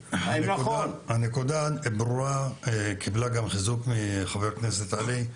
הנקודה ברורה וקיבלה גם חיזוק מחבר הכנסת עלי.